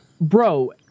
Bro